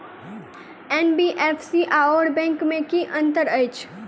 NBFC आओर bank मे की अंतर अछि?